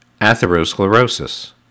Atherosclerosis